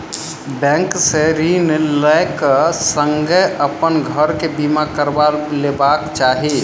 bank से ऋण लै क संगै अपन घर के बीमा करबा लेबाक चाही